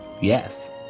Yes